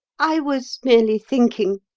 i was merely thinking,